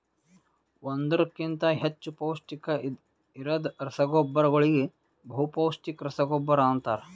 ಒಂದುರ್ ಕಿಂತಾ ಹೆಚ್ಚ ಪೌಷ್ಟಿಕ ಇರದ್ ರಸಗೊಬ್ಬರಗೋಳಿಗ ಬಹುಪೌಸ್ಟಿಕ ರಸಗೊಬ್ಬರ ಅಂತಾರ್